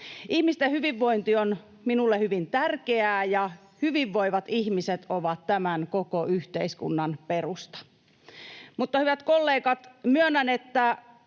Ihmisten hyvinvointi on minulle hyvin tärkeää, ja hyvinvoivat ihmiset ovat tämän koko yhteiskunnan perusta. Mutta, hyvät kollegat, myönnän, että